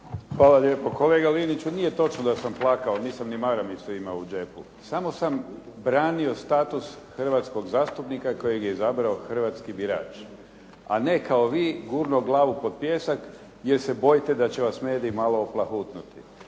Hvala lijepo. Kolega Liniću nije točno da sam plakao, nisam ni maramicu imao u džepu. Samo sam branio status hrvatskog zastupnika kojeg je izabrao hrvatski birač. A ne kao vi gurnuo glavu pod pijesak jer se bojite da će vas mediji malo oplahutnuti.